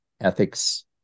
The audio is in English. ethics